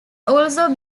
also